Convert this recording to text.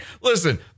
listen